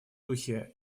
духе